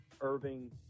Irving